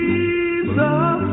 Jesus